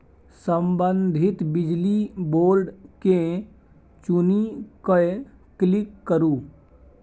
संबंधित बिजली बोर्ड केँ चुनि कए क्लिक करु